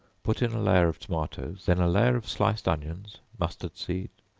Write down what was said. put in a layer of tomatoes, then a layer of sliced onions, mustard seed,